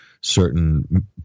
certain